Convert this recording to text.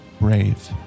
brave